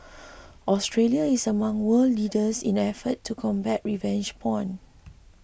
Australia is among world leaders in efforts to combat revenge porn